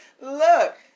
Look